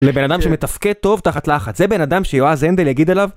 לבן אדם שמתפקד טוב תחת לחץ, זה בן אדם שיועז הנדל יגיד עליו